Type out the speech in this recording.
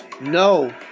No